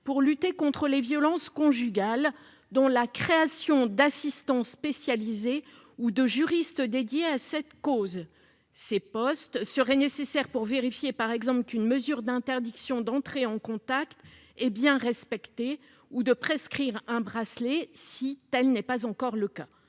pour lutter contre les violences conjugales, notamment la création d'assistants spécialisés ou de juristes dédiés à cette cause. Ces postes seraient nécessaires par exemple pour vérifier qu'une mesure d'interdiction d'entrer en contact est bien respectée ou pour prescrire un bracelet anti-rapprochement, si tel n'est pas encore le cas.